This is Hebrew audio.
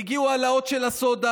הגיעו העלאות של הסודה,